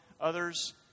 others